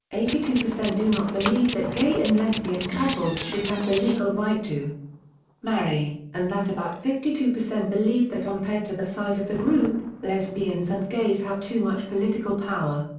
eighty two percent do not believe that gay and lesbian couples should have the legal right to marry, and that about fifty two percent believe that ompared to the size of the group, lesbians and gays have too much political power.